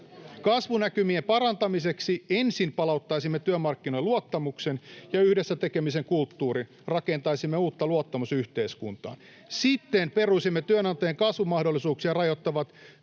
Kasvunäkymien parantamiseksi ensin palauttaisimme työmarkkinoille luottamuksen ja yhdessä tekemisen kulttuurin, rakentaisimme uutta luottamusyhteiskuntaa. Sitten peruisimme työnantajien kasvumahdollisuuksia rajoittavat